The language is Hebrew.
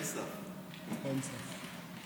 אין סף, לא צריך סף.